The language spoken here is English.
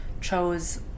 chose